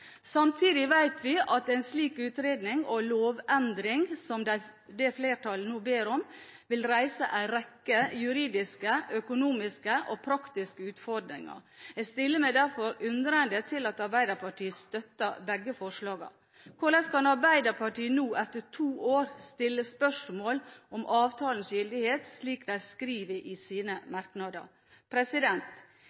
Samtidig vet vi at en slik utredning og lovendring som det flertallet nå ber om, vil reise en rekke juridiske, økonomiske og praktiske utfordringer. Jeg stiller meg derfor undrende til at Arbeiderpartiet støtter begge forslagene. Hvordan kan Arbeiderpartiet nå, etter to år, stille spørsmål om avtalens gyldighet, slik de skriver i sine